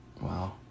wow